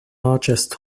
largest